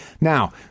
Now